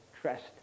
trust